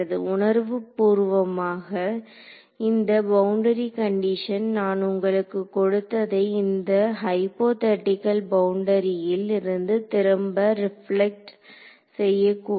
உணர்வுப்பூர்வமாக இந்த boundary condition நான் உங்களுக்கு கொடுத்ததை இந்த ஹைபோதெடிகல் பவுண்டரியில் இருந்து திரும்ப ரிப்லெக்ட் செய்யக்கூடாது